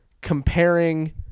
comparing